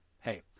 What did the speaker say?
hey